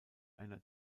einer